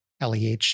leh